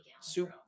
soup